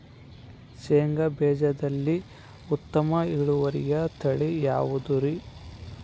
ಶೇಂಗಾ ಬೇಜದಲ್ಲಿ ಉತ್ತಮ ಇಳುವರಿಯ ತಳಿ ಯಾವುದುರಿ?